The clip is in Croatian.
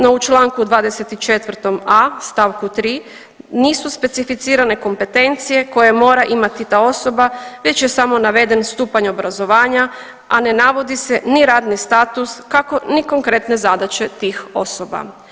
No u čl. 24.a st. 3. nisu specificirane kompetencije koje mora imati ta osoba već je samo naveden stupanj obrazovanja, a ne navodi se ni radni status kako ni konkretne zadaće tih osoba.